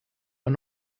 are